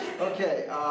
Okay